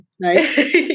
right